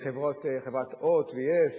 החברות "הוט" ו-yes,